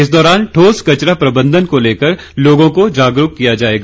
इस दौरान ठोस कचरा प्रबंधन को लेकर लोगों को जागरूक भी किया जाएगा